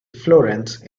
florence